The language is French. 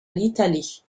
l’italie